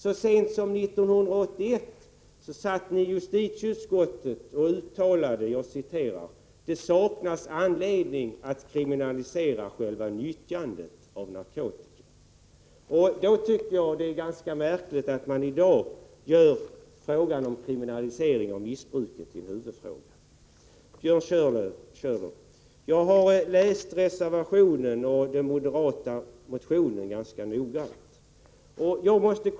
Så sent som 1981 uttalade ni i justitieutskottet: ”Det saknas anledning att kriminalisera själva nyttjandet av narkotika.” Det är därför ganska märkligt att ni i dag gör frågan om kriminalisering av missbruket till en huvudfråga. Jag har läst reservationen och de moderata motionerna ganska noga, Björn Körlof.